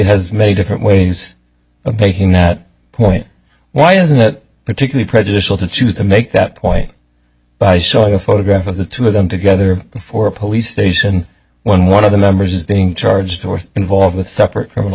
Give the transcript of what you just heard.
has many different ways of making that point why isn't it particularly prejudicial to choose to make that point showing a photograph of the two of them together for a police station when one of the members is being charged or involved with separate criminal